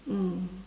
mm